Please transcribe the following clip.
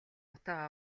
утга